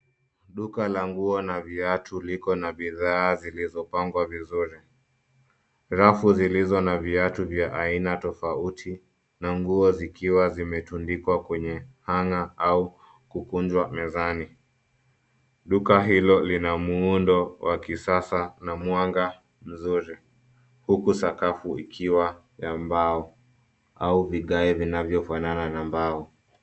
Duka la nguo na viatu liko na bidhaa zilizopangwa vizuri. Rafu zilizo na viatu vya aina tofauti na nguo zikiwa zimetundikwa kwenye hanger au kukunjwa mezani. Duka hilo lina muundo wa kisasa na mwanga mzuri huku sakafu ikiwa ya mbao au vigae vinavyofanana na mbao.